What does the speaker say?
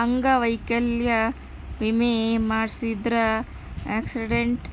ಅಂಗವೈಕಲ್ಯ ವಿಮೆ ಮಾಡ್ಸಿದ್ರ ಆಕ್ಸಿಡೆಂಟ್